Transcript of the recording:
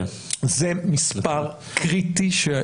זה מספר קריטי.